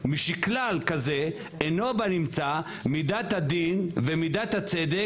משכלל כזה אינו בנמצא מידת הדין ומידת הצדק